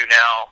now